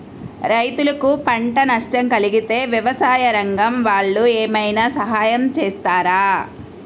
రైతులకు పంట నష్టం కలిగితే వ్యవసాయ రంగం వాళ్ళు ఏమైనా సహాయం చేస్తారా?